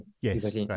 Yes